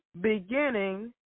beginning